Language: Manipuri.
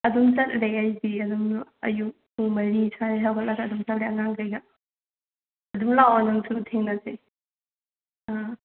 ꯑꯗꯨꯝ ꯆꯠꯂꯦ ꯑꯩꯗꯤ ꯑꯗꯨꯝ ꯑꯌꯨꯛ ꯄꯨꯡ ꯃꯔꯤ ꯁ꯭ꯋꯥꯏꯗ ꯍꯧꯒꯠꯂꯒ ꯑꯗꯨꯝ ꯆꯠꯂꯦ ꯑꯉꯥꯡꯒꯩꯒ ꯑꯗꯨꯝ ꯂꯥꯛꯑꯣ ꯅꯪꯁꯨ ꯊꯦꯡꯅꯁꯦ ꯑꯥ